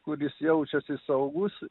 kur jis jaučiasi saugus